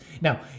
Now